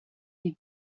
you